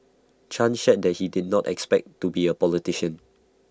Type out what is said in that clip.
chan shared that he did not expect to be A politician